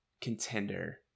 Contender